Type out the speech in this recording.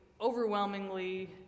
overwhelmingly